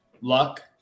luck